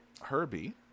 Herbie